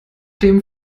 dem